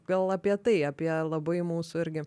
gal apie tai apie labai mūsų irgi